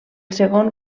segon